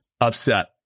upset